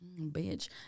Bitch